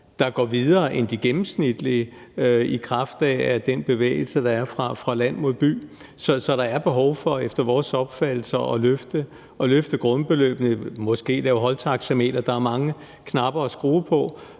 der går videre end de gennemsnitlige i kraft af den bevægelse, der er fra land mod by. Så der er efter vores opfattelse behov for at løfte grundbeløbene, måske lave holdtaxameter. Der er mange knapper at skrue på.